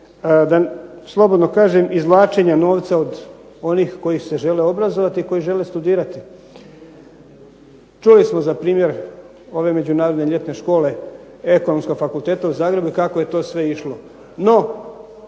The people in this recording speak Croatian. da slobodno kažem izvlačenja novca od onih koji se žele obrazovati, koji žele studirati. Čuli smo za primjer ove međunarodne ljetne škole, ekonomskog fakulteta u Zagrebu i kako je to sve išlo. No